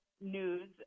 news